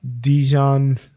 Dijon